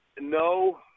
no